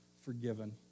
forgiven